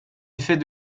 effet